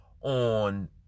on